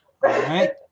right